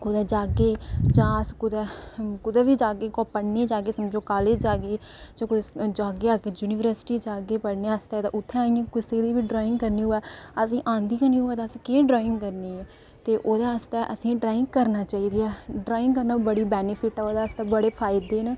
जियां अस कुदै हुन जाह्गे कुदै बी जाह्गे जां पढ़ने गै जाह्गे समझो कालेज गै जाह्गे जां युनिवर्सटि गै जाह्गे पढ़ने आस्तै ता उत्थै अगर कुसै दी बी ड्राइंग करनी ओह् असे ईं औंदी गै निं होऐ तां असें केह् ड्राइंग करनी ओह्दे आस्तै असें गी ड्राइंग करनी चाहिदी ऐ ड्राइंग करने दे बैनीफिट न ओह्दे आस्तै बड़े फायदे न